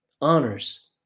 honors